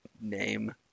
name